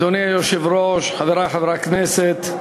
אדוני היושב-ראש, חברי חברי הכנסת,